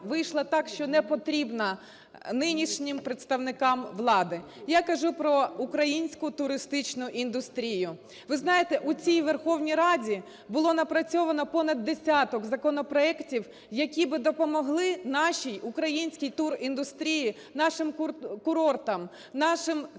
вийшло так, що не потрібна нинішнім представникам влади. Я кажу про українську туристичну індустрію. Ви знаєте, у цій Верховній Раді було напрацьовано понад десяток законопроектів, які би допомогли нашій українській туріндустрії, нашим курортам, нашим цікавим